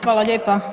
Hvala lijepa.